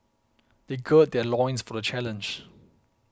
they gird their loins for the challenge